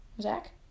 Zach